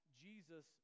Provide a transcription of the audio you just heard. Jesus